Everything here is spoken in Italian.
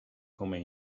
come